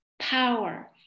power